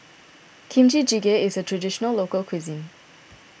Kimchi Jjigae is a Traditional Local Cuisine